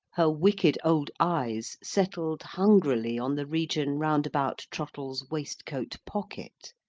her wicked old eyes settled hungrily on the region round about trottle's waistcoat-pocket,